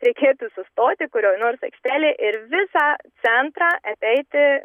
reikėtų sustoti kurioj nors aikštelėj ir visą centrą apeiti